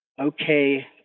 okay